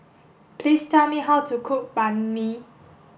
please tell me how to cook Banh Mi